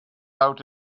out